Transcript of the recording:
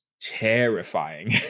terrifying